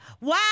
Wow